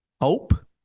hope